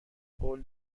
قول